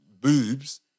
boobs